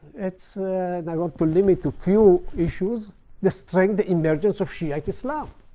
it's and i got to limit to few issues the strength, the emergence of shiite islam.